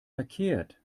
verkehrt